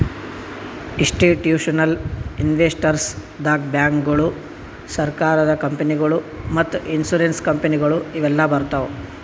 institutional investors ದಾಗ್ ಬ್ಯಾಂಕ್ಗೋಳು, ಸರಕಾರದ ಕಂಪನಿಗೊಳು ಮತ್ತ್ ಇನ್ಸೂರೆನ್ಸ್ ಕಂಪನಿಗೊಳು ಇವೆಲ್ಲಾ ಬರ್ತವ್